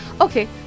Okay